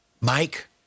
Mike